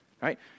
right